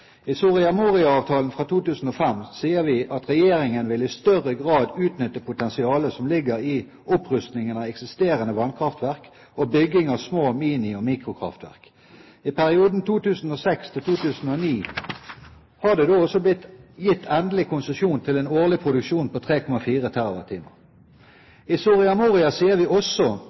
I Soria Moria-avtalen fra 2005 sier vi at regjeringen vil «i større grad utnytte potensialet som ligger i opprusting av eksisterende vannkraftverk og i bygging av små- mini- og mikrokraftverk». I perioden 2006–2009 har det da også blitt gitt endelig konsesjon til en årlig produksjon på 3,4 TWh. I Soria Moria sier vi også